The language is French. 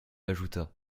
ajouta